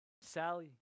Sally